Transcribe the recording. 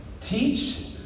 teach